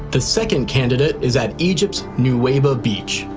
the second candidate is at egypt's neweiba beach.